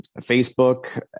Facebook